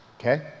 Okay